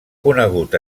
conegut